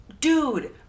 dude